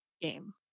game